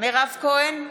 מירב כהן,